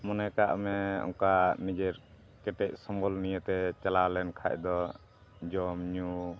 ᱢᱚᱱᱮ ᱠᱟᱜ ᱢᱮ ᱚᱱᱠᱟ ᱱᱤᱡᱮᱨ ᱠᱮᱴᱮᱡ ᱥᱚᱢᱵᱚᱞ ᱱᱤᱭᱮᱛᱮ ᱪᱟᱞᱟᱣ ᱞᱮᱱᱠᱷᱟᱱ ᱫᱚ ᱡᱚᱢᱼᱧᱩ